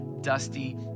dusty